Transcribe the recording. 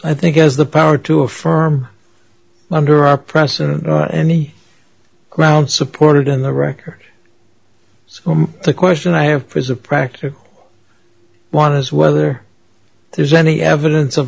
i think has the power to affirm under our present any ground supported in the record so the question i have presumed practically one is whether there's any evidence of